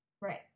Right